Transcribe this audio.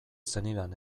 zenidan